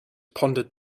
pondered